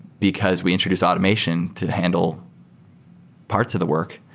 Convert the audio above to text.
because we introduce automation to handle parts of the work.